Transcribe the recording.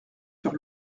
sur